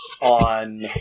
on